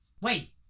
Wait